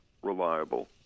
reliable